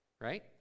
right